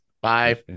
Bye